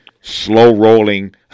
slow-rolling